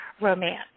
romance